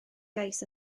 gais